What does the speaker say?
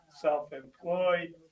self-employed